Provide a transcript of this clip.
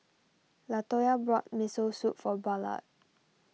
Latoya bought Miso Soup for Ballard